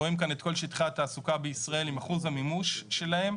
רואים כאן את כל שטחי התעסוקה בישראל עם אחוז המימוש שלהם.